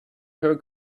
her